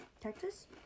Texas